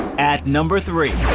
at number three.